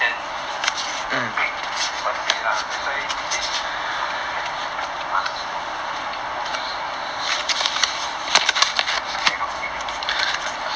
opaque per say lah that's why he say only can must fully you know really cannot see [one] if not you kena charge